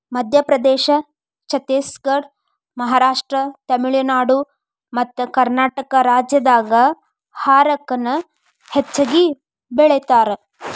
ಮಧ್ಯಪ್ರದೇಶ, ಛತ್ತೇಸಗಡ, ಮಹಾರಾಷ್ಟ್ರ, ತಮಿಳುನಾಡು ಮತ್ತಕರ್ನಾಟಕ ರಾಜ್ಯದಾಗ ಹಾರಕ ನ ಹೆಚ್ಚಗಿ ಬೆಳೇತಾರ